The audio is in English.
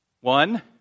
One